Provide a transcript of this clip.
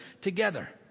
together